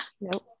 Nope